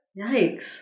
Yikes